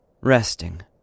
resting